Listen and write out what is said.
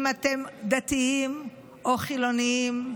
אם אתם דתיים או חילונים.